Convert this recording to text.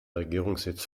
regierungssitz